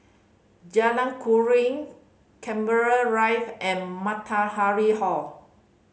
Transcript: Jalan Keruing Canberra Rive and Matahari Hall